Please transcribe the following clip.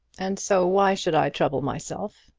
and so why should i trouble myself?